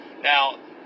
Now